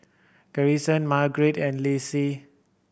Garrison Margarite and